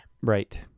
Right